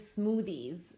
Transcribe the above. smoothies